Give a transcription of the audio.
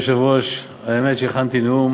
אדוני היושב-ראש, האמת, הכנתי נאום